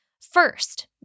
First